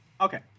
Okay